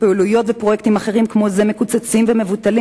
פעילויות ופרויקטים אחרים כמו זה מקוצצים ומבוטלים